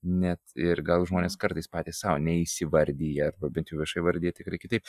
net ir gal žmonės kartais patys sau neįsivardija arba bent jau viešai įvardija tikrai kitaip